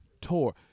Tour